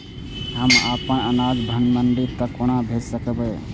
हम अपन अनाज मंडी तक कोना भेज सकबै?